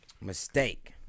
Mistake